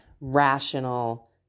rational